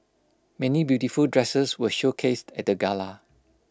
many beautiful dresses were showcased at the gala